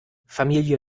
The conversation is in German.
familie